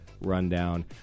rundown